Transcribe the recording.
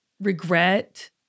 regret